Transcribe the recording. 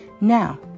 Now